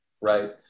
right